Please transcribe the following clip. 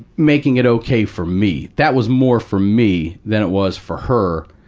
making it ok for me. that was more for me than it was for her,